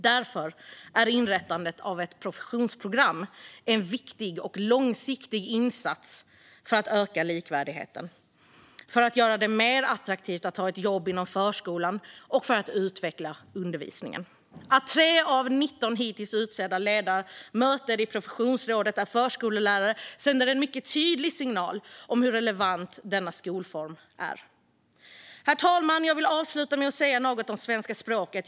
Därför är inrättandet av ett professionsprogram en viktig och långsiktig insats för att öka likvärdigheten, för att göra det mer attraktivt att ta ett jobb inom förskolan och för att utveckla undervisningen. Att 3 av 19 hittills utsedda ledamöter i professionsrådet är förskollärare sänder en mycket tydlig signal om hur relevant denna skolform är. Herr talman! Jag vill avsluta med att säga något om svenska språket.